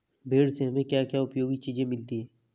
भेड़ से हमें क्या क्या उपयोगी चीजें मिलती हैं?